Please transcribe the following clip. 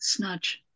Snudge